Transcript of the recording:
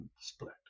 split